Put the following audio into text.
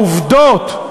העובדות,